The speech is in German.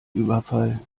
überfall